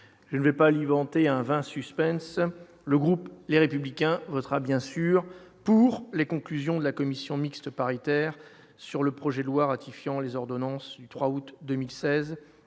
je vais pas lui vanter un vain suspense le groupe Les républicains votera bien sûr pour les conclusions de la commission mixte paritaire sur le projet de loi ratifiant les ordonnances du 3 août 2016